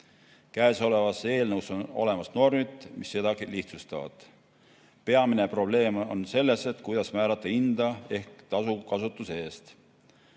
Käesolevas eelnõus on olemas normid, mis seda lihtsustavad. Peamine probleem on selles, kuidas määrata hinda ehk tasu kasutuse eest.